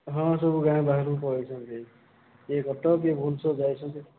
ହଁ ସବୁ ଗାଁ ବାହାରକୁ ପଳାଇଛନ୍ତି କିଏ କଟକ କିଏ ଭୁବନଶ୍ୱର ଯାଇଚନ୍ତି